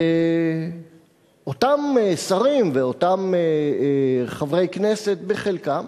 ואותם שרים, ואותם חברי כנסת, חלקם,